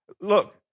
Look